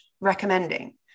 recommending